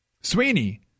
Sweeney